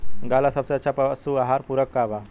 गाय ला सबसे अच्छा पशु आहार पूरक का बा?